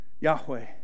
Yahweh